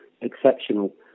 exceptional